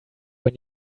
when